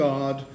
God